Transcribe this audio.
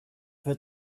för